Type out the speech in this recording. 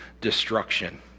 destruction